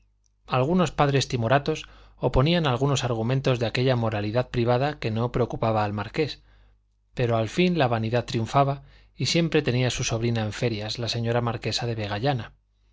algunos padres timoratos oponían algunos argumentos de aquella moralidad privada que no preocupaba al marqués pero al fin la vanidad triunfaba y siempre tenía su sobrina en ferias la señora marquesa de vegallana